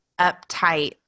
uptight